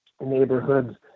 neighborhoods